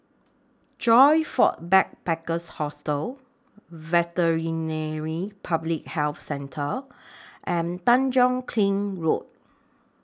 Joyfor Backpackers' Hostel Veterinary Public Health Centre and Tanjong Kling Road